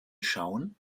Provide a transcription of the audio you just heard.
schauen